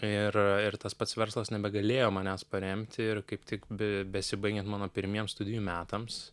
ir ir tas pats verslas nebegalėjo manęs paremti ir kaip tik be besibaigiant mano pirmiems studijų metams